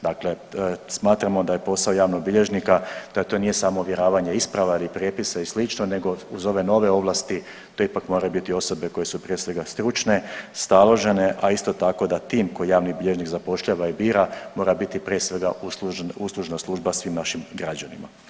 Dakle, smatramo da je posao javnog bilježnika da to nije samo ovjeravanje isprava ili prijepisa i sl. nego uz ove nove ovlasti to ipak moraju biti osobe koje su prije svega stručne, staložene, a isto tako da tim koji javni bilježnik zapošljava i bira mora biti prije svega uslužna služba svim našim građanima.